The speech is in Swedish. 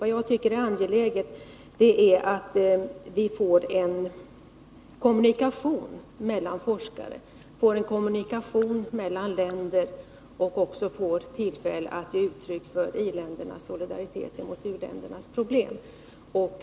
Vad jag tycker är angeläget är att vi får till stånd en kommunikation mellan forskare och mellan länder och även att vi får tillfälle att ge uttryck för i-ländernas solidaritet med u-länderna när det gäller dessas problem.